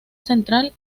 central